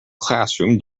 classroom